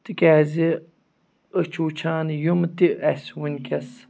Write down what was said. تِکیٛازِ أسۍ چھُ وٕچھان یِم تہِ اَسہِ وٕنۍکٮ۪س